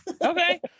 okay